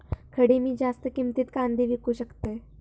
खडे मी जास्त किमतीत कांदे विकू शकतय?